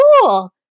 cool